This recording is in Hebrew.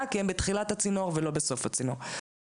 כי הם בתחילת הצינור ולא בסוף הצינור.